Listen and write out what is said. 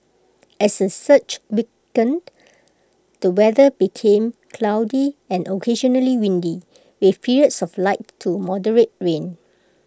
as the surge weakened the weather became cloudy and occasionally windy with periods of light to moderate rain